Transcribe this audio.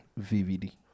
VVD